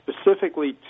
specifically